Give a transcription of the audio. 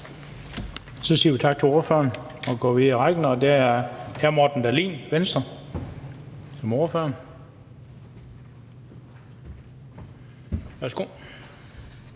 Så siger vi tak til ordføreren og går videre i ordførerrækken. Det er hr. Morten Dahlin, Venstre, som ordfører. Værsgo.